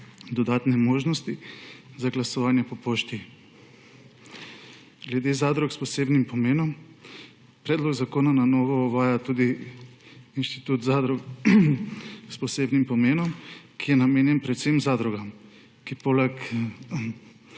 dodatne možnosti za glasovanje po pošti. Glede zadrug s posebnim pomenom. Predlog zakona na novo uvaja tudi inštitut zadrug s posebnim pomenom, ki je namenjen predvsem zadrugam, ki poleg